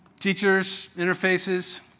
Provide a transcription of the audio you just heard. teachers' interfaces,